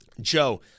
Joe